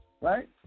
Right